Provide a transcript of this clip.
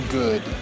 good